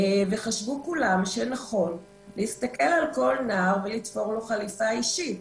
וחשבו כולם שנכון להסתכל על כל נער ולתפור לו חליפה אישית.